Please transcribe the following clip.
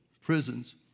prisons